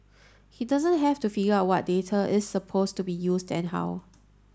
he doesn't have to figure out what data is supposed to be used and how